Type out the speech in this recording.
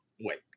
wait